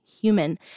human